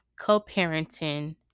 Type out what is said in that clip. co-parenting